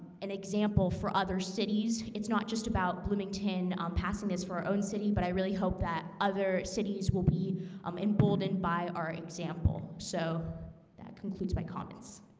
an example for other cities, it's not just about bloomington passing this for our own city, but i really hope that other cities will be um emboldened by our example, so that concludes my comments